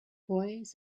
boys